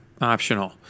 optional